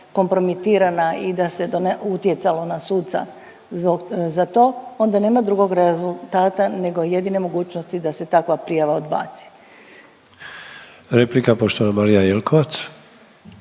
kompromitirana i da se utjecalo na suca za to, onda nema drugog rezultata nego jedine mogućnosti da se takva prijava odbaci. **Sanader, Ante